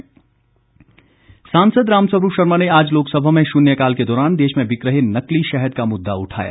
रामस्वरूप सांसद रामस्वरूप शर्मा ने आज लोकसभा में शून्यकाल के दौरान देश में बिक रहे नकली शहद का मुद्दा उठाया